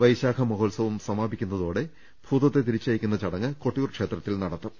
വൈശാഖ മഹോത്സവം സമാപിക്കു ന്നതോടെ ഭൂതത്തെ തിരിച്ചയക്കുന്ന ചടങ്ങ് കൊട്ടിയൂർ ക്ഷേത്രത്തിൽ നടത്തും